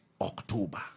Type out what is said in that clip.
October